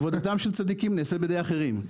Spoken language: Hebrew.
עבודתם של צדיקים נעשית בידי אחרים.